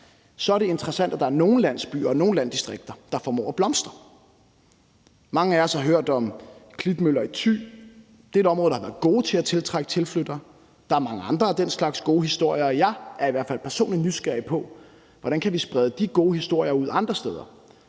så er det interessant, at der er nogle landsbyer og nogle landdistrikter, der formår at blomstre. Mange af os har hørt om Klitmøller i Thy. Det er et område, hvor de har været gode til at tiltrække tilflyttere. Der er mange andre af den slags gode historier, og jeg er i hvert fald personligt nysgerrig på, hvordan vi kan sprede de gode historier ud andre steder,